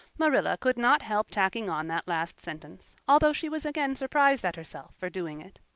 marilla could not help tacking on that last sentence, although she was again surprised at herself for doing it.